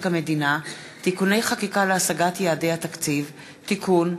המדינה (תיקוני חקיקה להשגת יעדי התקציב) (תיקון,